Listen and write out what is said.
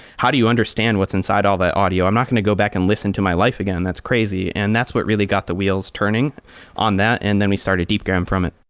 how do you understand what's inside all the audio? i'm not going to go back and listen to my life again. that's crazy. and that's what really got the wheels turning on that, and then we started deepgram from it.